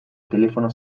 telefono